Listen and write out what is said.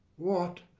what,